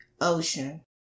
Ocean